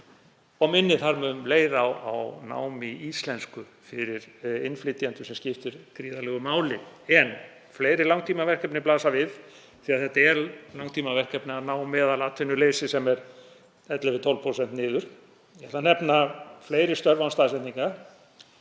Ég minni þar með um leið á nám í íslensku fyrir innflytjendur sem skiptir gríðarlegu máli. Fleiri langtímaverkefni blasa við því að það er langtímaverkefni að ná meðalatvinnuleysi, sem er 11–12%, niður. Ég ætla að nefna fleiri störf án staðsetningar,